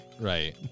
Right